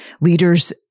leaders